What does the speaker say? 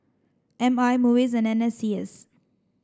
M I MUIS and N S C S